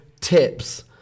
tips